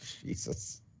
Jesus